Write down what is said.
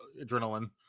adrenaline